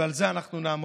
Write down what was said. ועל זה אנחנו נעמוד.